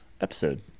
episode